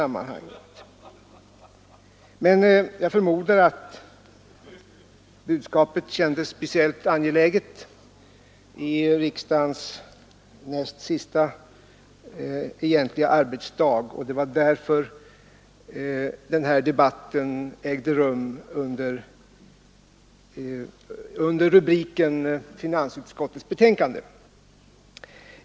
Men jag förmodar att budskapet kändes speciellt angeläget på vårriksdagens näst sista egentliga arbetsdag och att det var därför den här debatten ägde rum under rubriken finansutskottets betänkande nr 29.